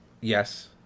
Yes